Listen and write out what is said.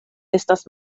estas